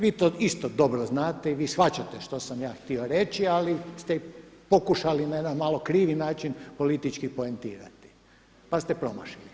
Vi to isto jako dobro znate i vi shvaćate što sam ja htio reći, ali ste pokušali na jedan malo krivi način politički poentirati, pa ste promašili.